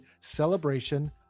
Celebration